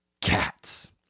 cats